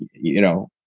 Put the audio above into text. you know,